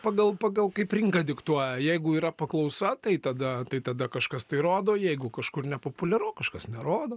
pagal pagal kaip rinka diktuoja jeigu yra paklausa tai tada tai tada kažkas tai rodo jeigu kažkur nepopuliaru kažkas nerodo